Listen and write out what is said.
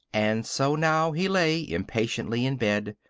and so now he lay impatiently in bed,